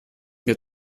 mir